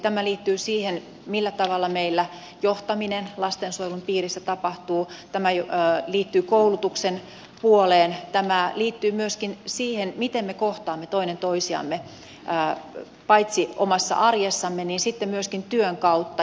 tämä liittyy siihen millä tavalla meillä johtaminen lastensuojelun piirissä tapahtuu tämä liittyy koulutuksen puoleen tämä liittyy myöskin siihen miten me kohtaamme toinen toisiamme paitsi omassa arjessamme myöskin työn kautta